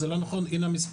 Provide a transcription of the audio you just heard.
זה לא נכון, הנה המספרים.